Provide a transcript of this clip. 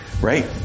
right